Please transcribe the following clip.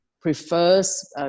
prefers